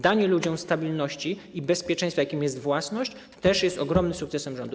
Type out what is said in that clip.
Danie ludziom stabilności i bezpieczeństwa, jakim jest własność, też jest ogromnym sukcesem rządu.